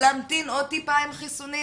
להמתין עוד טיפה עם חיסונים?